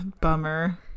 Bummer